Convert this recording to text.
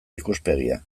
ikuspegia